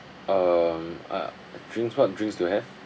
um uh drinks what drinks do you all have